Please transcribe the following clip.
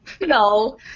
No